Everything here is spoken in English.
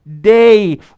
day